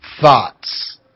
thoughts